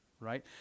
right